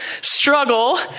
struggle